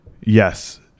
Yes